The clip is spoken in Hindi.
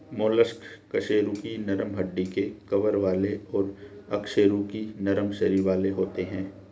मोलस्क कशेरुकी नरम हड्डी के कवर वाले और अकशेरुकी नरम शरीर वाले होते हैं